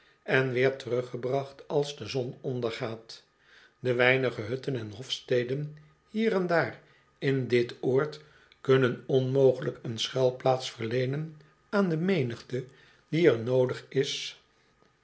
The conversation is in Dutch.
en weer teruggebracht als de zon ondergaat de weinige hutten en hofsteden hier en daar in dit oord kunnen onmogelijk een schuilplaats verleenen aan de menigte die er noodig is